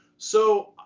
so,